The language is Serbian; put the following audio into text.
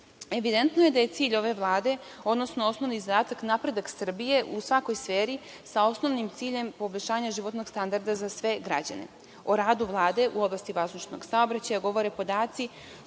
ekonomiji. Evidentno je da je cilj ove Vlade, odnosno osnovni zadatak napredak Srbije u svakoj sferi sa osnovnim ciljem poboljšanja životnog standarda za sve građane.O radu Vlade u oblasti vazdušnog saobraćaja govore podaci